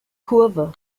kurve